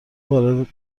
وارد